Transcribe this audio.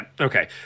Okay